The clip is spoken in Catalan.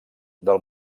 del